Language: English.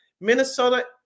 Minnesota